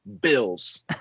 Bills